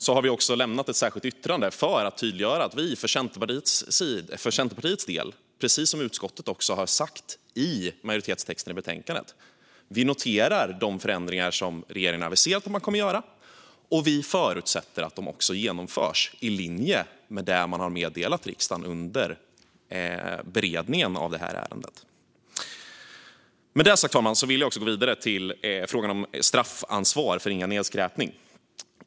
Utifrån det har vi lämnat ett särskilt yttrande för att tydliggöra att vi för Centerpartiets del - i likhet med det som utskottet skrivit i majoritetstexten i betänkandet - noterar de förändringar som regeringen aviserat att man kommer att göra och förutsätter att de också genomförs i linje med det man har meddelat riksdagen under beredningen av ärendet. Fru talman! Med det sagt vill jag gå vidare till frågan om straffansvar för ringa nedskräpning.